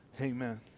Amen